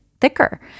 thicker